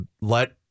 let